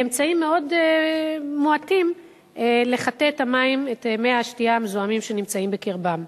באמצעים מאוד מועטים את מי השתייה המזוהמים שנמצאים בקרבם.